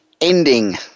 ending